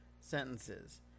sentences